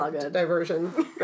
diversion